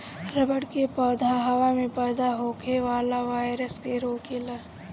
रबड़ के पौधा हवा में पैदा होखे वाला वायरस के रोकेला